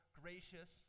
gracious